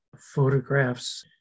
photographs